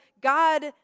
God